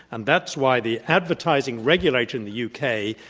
and that's why the advertising regulator in the u. k.